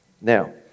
Now